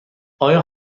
آیا